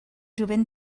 jovent